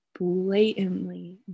blatantly